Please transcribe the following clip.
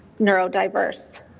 neurodiverse